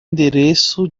endereço